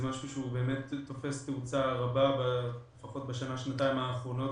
זה משהו שתופס תאוצה רבה בשנה-שנתיים האחרונות,